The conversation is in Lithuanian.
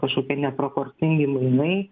kažkokie neproporcingi mainai